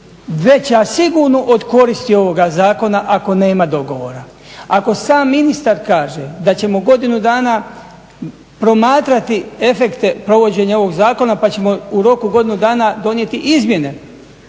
veća sigurno od koristi ovoga zakona ako nema dogovora. Ako sam ministar kaže da ćemo godinu dana promatrati efekte provođenja ovog zakona pa ćemo u roku od godinu dana donijeti izmjene